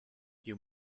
you